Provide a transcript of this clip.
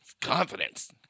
Confidence